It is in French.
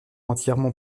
entièrement